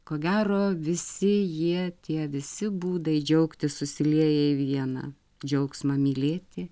ko gero visi jie tie visi būdai džiaugtis susilieja į vieną džiaugsmą mylėti